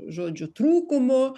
žodžiu trūkumų